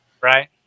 Right